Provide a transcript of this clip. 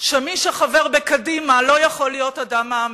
שמי שחבר בקדימה לא יכול להיות אדם מאמין,